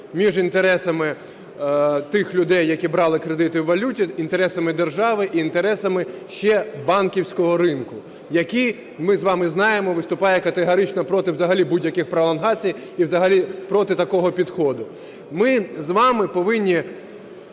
між інтересами тих людей, які брали кредити у валюті, інтересами держави і інтересами ще банківського ринку, який, ми з вами знаємо, виступає категорично проти взагалі будь-яких пролонгацій і взагалі проти такого підходу. Ми з вами повинні